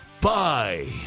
Bye